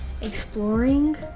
Exploring